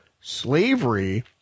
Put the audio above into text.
slavery